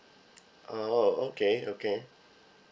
oh okay okay